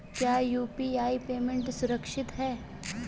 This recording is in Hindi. क्या यू.पी.आई पेमेंट सुरक्षित है?